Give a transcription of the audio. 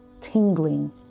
tingling